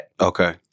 Okay